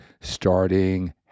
starting